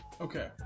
Okay